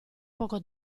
poco